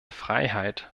freiheit